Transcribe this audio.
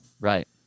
right